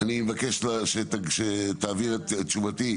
אני מבקש שתעביר את תשובתי,